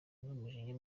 n’umujinya